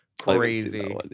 crazy